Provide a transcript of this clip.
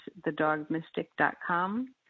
thedogmystic.com